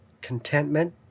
contentment